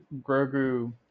Grogu